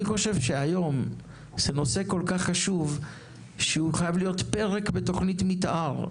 אני חושב שהיום זה נושא כל כך חשוב עד שהוא חייב להיות פרק בתכנית מתאר.